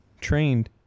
trained